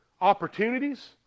opportunities